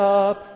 up